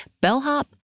bellhop